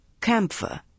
camphor